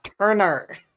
Turner